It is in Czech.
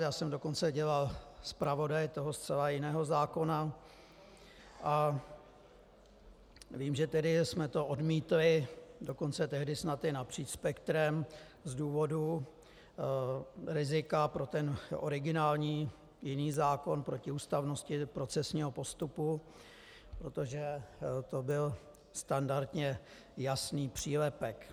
Já jsem dokonce dělal zpravodaje toho zcela jiného zákona a vím, že jsme to odmítli, dokonce tehdy snad i napříč spektrem z důvodu rizika pro ten originální jiný zákon protiústavnosti procesního postupu, protože to byl standardně jasný přílepek.